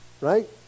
Right